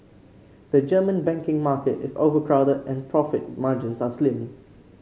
the German banking market is overcrowded and profit margins are slim